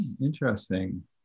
Interesting